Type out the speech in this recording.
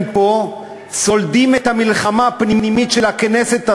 פה סולדים מהמלחמה הפנימית בכנסת הזאת,